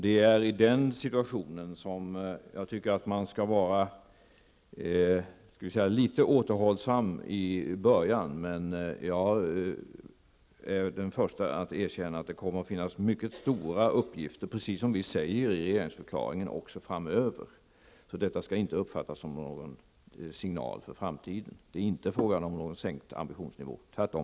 Det är i den situationen som jag tycker att man skall vara litet återhållsam i början. Jag är dock den första att erkänna att det kommer att finnas mycket stora uppgifter också framöver, precis som vi säger i regeringsförklaringen. Detta skall inte uppfattas som någon signal för framtiden. Det är inte fråga om någon sänkt ambitionsnivå, tvärtom.